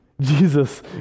Jesus